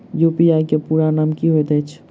UPI केँ पूरा नाम की होइत अछि?